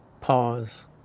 pause